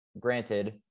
granted